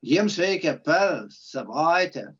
jiems reikia per savaitę